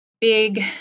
big